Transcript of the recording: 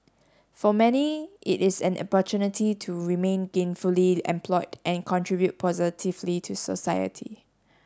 for many it is an opportunity to remain gainfully employed and contribute positively to society